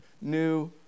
new